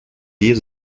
years